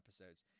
episodes